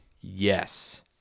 Yes